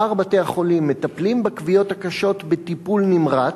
בשאר בתי-החולים מטפלים בכוויות הקשות בטיפול נמרץ,